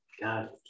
God